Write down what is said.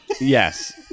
Yes